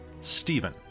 Stephen